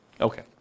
Okay